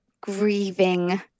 grieving